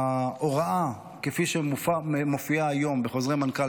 ההוראה כפי שמופיעה היום בחוזרי מנכ"ל,